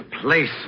place